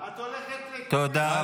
די,